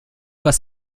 was